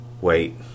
Wait